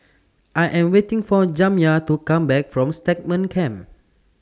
I Am waiting For Jamya to Come Back from Stagmont Camp